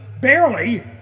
Barely